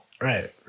Right